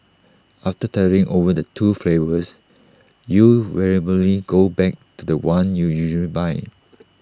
after dithering over the two flavours you invariably go back to The One you usually buy